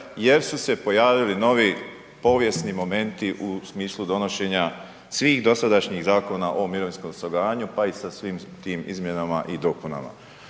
jer su se pojavili novi povijesni momenti u smislu donošenja svih dosadašnjih zakona o mirovinskom osiguranju pa i sa svim tim izmjenama i dopunama.